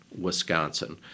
Wisconsin